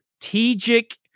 strategic